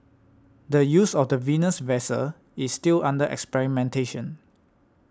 the use of the Venus vessel is still under experimentation